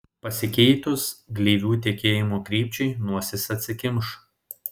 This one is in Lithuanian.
pasikeitus gleivių tekėjimo krypčiai nosis atsikimš